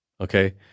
Okay